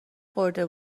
خورده